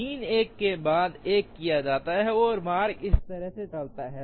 3 एक के बाद एक किया जाता है और मार्ग इस तरह से चलता है